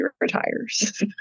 retires